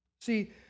See